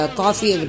coffee